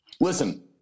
Listen